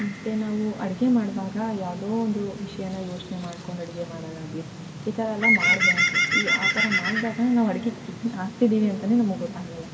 ಮತ್ತು ನಾವು ಅಡುಗೆ ಮಾಡುವಾಗ ಯಾವುದೊ ಒಂದು ವಿಷಯ ಯೋಚನೆ ಮಾಡ್ಕೊಂಡು ಅಡುಗೆ ಮಾಡೊದಾಗ್ಲಿ ಈ ಥರಯೆಲ್ಲ ಮಾಡಬಾರ್ದು ಈ ಆ ಥರ ಮಾಡಿದಾಗ ನಾವು ಅಡ್ಗೆಗೆ ಏನು ಹಾಕ್ತಿದ್ದೀವಿ ಅಂತಾ ನಮಗೆ ಗೊತ್ತಾಗೊಲ್ಲ